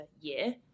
year